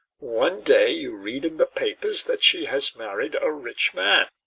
one day you read in the papers that she had married a rich man.